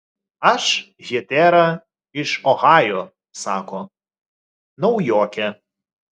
aš hetera iš ohajo sako naujokė